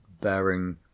bearing